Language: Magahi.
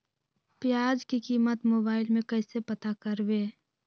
प्याज की कीमत मोबाइल में कैसे पता करबै?